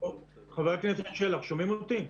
הכנסת שלח, שומעים אותי?